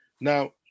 Now